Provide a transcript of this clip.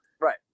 Right